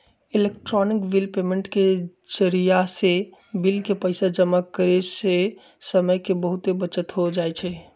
electronic bill payment के जरियासे bill के पइसा जमा करेयसे समय के बहूते बचत हो जाई छै